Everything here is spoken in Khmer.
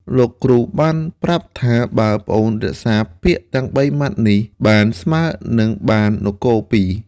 លោកគ្រូបានប្រាប់ថាបើប្អូនរក្សាពាក្យទាំងបីម៉ាត់នេះបាន គឺស្មើនឹងបាននគរពីរ។